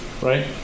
right